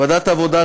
ועדת העבודה,